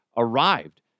arrived